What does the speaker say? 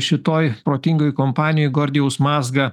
šitoj protingoj kompanijoj gordijaus mazgą